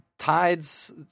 Tides